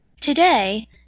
today